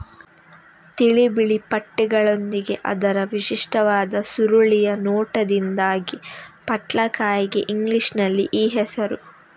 ತಿಳಿ ಬಿಳಿ ಪಟ್ಟೆಗಳೊಂದಿಗೆ ಅದರ ವಿಶಿಷ್ಟವಾದ ಸುರುಳಿಯ ನೋಟದಿಂದಾಗಿ ಪಟ್ಲಕಾಯಿಗೆ ಇಂಗ್ಲಿಷಿನಲ್ಲಿ ಈ ಹೆಸರು